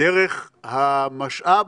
דרך המשאב